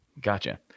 Gotcha